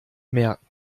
merken